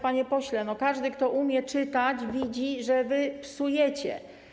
Panie pośle, każdy, kto umie czytać, widzi, że wy psujecie.